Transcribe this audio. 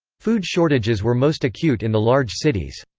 food shortages were most acute in the large cities.